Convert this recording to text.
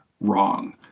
wrong